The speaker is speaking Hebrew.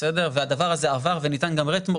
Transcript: והדבר הזה עבר וגם ניתן רטרו,